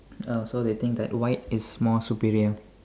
oh so they think that white is more superior